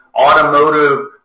automotive